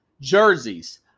jerseys